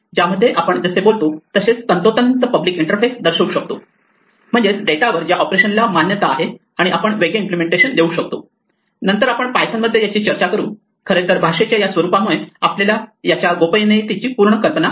ज्यामध्ये आपण जसे बोलतो तसेच तंतोतंत पब्लिक इंटरफेस दर्शवू शकतो म्हणजेच डेटावर ज्या ऑपरेशन्सला मान्यता आहे आणि आपण वेगळे इम्पलेमेंटेशन देऊ शकतो आपण नंतर पायथन मध्ये याची चर्चा करू खरेतर भाषेच्या या स्वरूपामुळे आपल्याकडे याच्या गोपनीयतेची पूर्ण कल्पना नाही